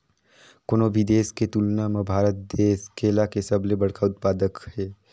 कोनो भी देश के तुलना म भारत देश केला के सबले बड़खा उत्पादक हे